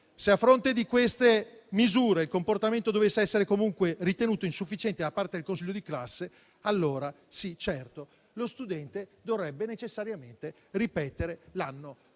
Se, a fronte di queste misure, il comportamento dovesse essere comunque ritenuto insufficiente da parte del consiglio di classe, allora sì, certo, lo studente dovrebbe necessariamente ripetere l'anno, come